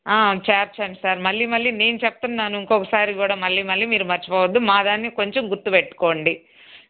చేర్చండి సార్ మళ్లీ మళ్లీ నేను చెప్తున్నాను ఇంకొకసారి కూడా మళ్లీ మళ్లీ మీరు మర్చిపోవద్దు మా దాన్ని కొంచెం గుర్తుపెట్టుకోండి